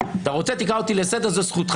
אתה רוצה לקרוא אותי לסדר, תקרא, זו זכותך.